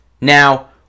Now